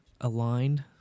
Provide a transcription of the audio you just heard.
aligned